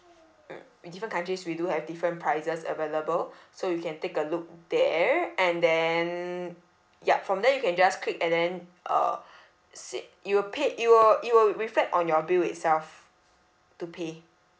mm with different countries we do have different prices available so you can take a look there and then yup from there you can just click and then err say you paid it will it will reflect on your bill itself to pay